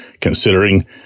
considering